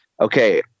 okay